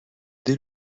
dès